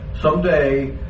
Someday